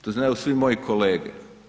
To znaju svi moji kolege.